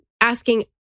asking